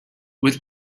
with